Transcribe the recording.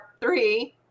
three